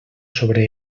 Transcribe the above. sobre